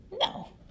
No